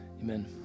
Amen